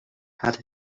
had